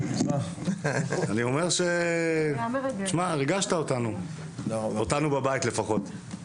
אני אומר שריגשת אותנו, אותנו בבית לפחות.